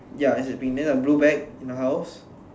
ya that's a pink then the blue bag in the house